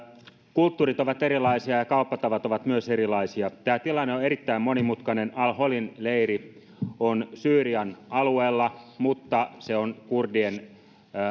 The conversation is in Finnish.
kulttuurit ovat erilaisia ja kauppatavat ovat myös erilaisia tämä tilanne on erittäin monimutkainen al holin leiri on syyrian alueella mutta se on kurdien